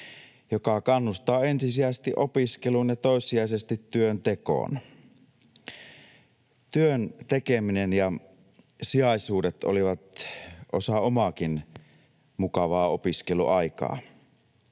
joka kannustaa ensisijaisesti opiskeluun ja toissijaisesti työntekoon. Työn tekeminen ja sijaisuudet olivat osa omaakin mukavaa opiskeluaikaani.